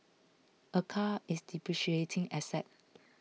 a car is depreciating asset